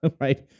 right